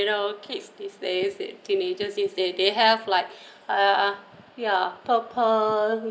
you know kids these days the teenagers if they they have like uh ya purple